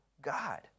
God